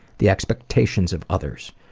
the expectations of others,